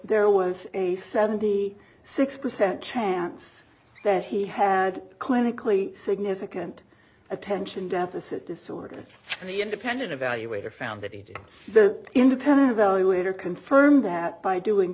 there was a seventy six percent chance that he had clinically significant attention deficit disorder the independent evaluator found that he did the independent value it or confirmed that by doing